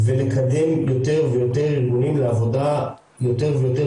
ולקדם יותר ויותר ארגונים לעבודה יותר ויותר